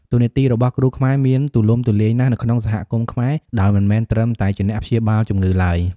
តួនាទីរបស់គ្រូខ្មែរមានទូលំទូលាយណាស់នៅក្នុងសហគមន៍ខ្មែរ ដោយមិនមែនត្រឹមតែជាអ្នកព្យាបាលជំងឺឡើយ។